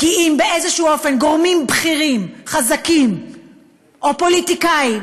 כי אם באיזשהו אופן גורמים בכירים חזקים או פוליטיקאים